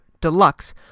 deluxe